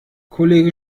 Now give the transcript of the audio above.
kollege